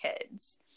kids